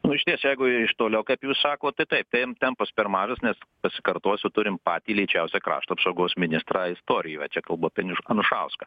nu išties jeigu iš toliau kaip jūs sakot tai taip tem tempas per mažas nes pasikartosiu turim patį lėčiausią krašto apsaugos ministrą istorijoje čia kalbu apie anu anušauską